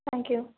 thank you